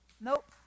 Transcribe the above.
Nope